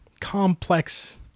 complex